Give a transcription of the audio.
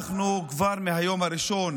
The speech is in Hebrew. אנחנו כבר מהיום הראשון